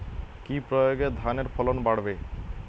কি প্রয়গে ধানের ফলন বাড়বে?